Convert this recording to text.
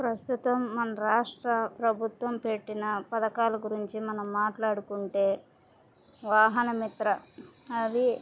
ప్రస్తుతం మన రాష్ట్ర ప్రభుత్వం పెట్టిన పథకాల గురించి మనం మాట్లాడుకుంటే వాహన మిత్ర అది